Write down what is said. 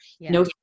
no